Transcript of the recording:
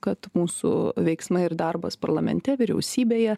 kad mūsų veiksmai ir darbas parlamente vyriausybėje